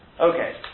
Okay